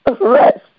rest